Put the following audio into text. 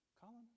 Colin